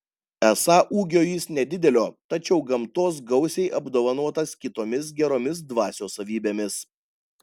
esą ūgio jis nedidelio tačiau gamtos gausiai apdovanotas kitomis geromis dvasios savybėmis